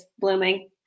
blooming